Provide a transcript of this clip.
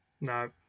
No